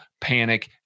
panic